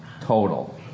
total